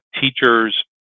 teachers